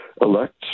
elect